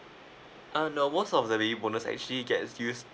uh no most of the leaves bonus actually gets use